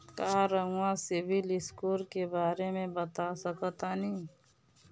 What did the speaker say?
का रउआ सिबिल स्कोर के बारे में बता सकतानी?